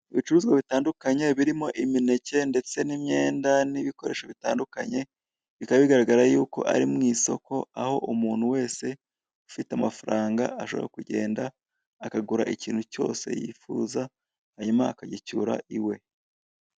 Ibicuruzwa bitandukanye birimo imineke ndetse n'imyenda, n'ibikoresho bitandukanye bikaba bigaragara yuko ari mu isoko, aho umuntu wese ufite amafaranga ashobora kugenda akagura ikintu cyose yifuza hanyuma akagicyura iwe.